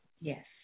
Yes